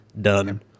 done